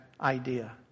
idea